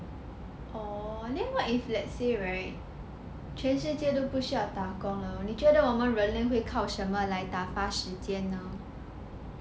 orh then what if let's say right 全世界都不需要打工呢你觉得人会靠什么来打发时间呢